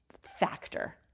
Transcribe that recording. factor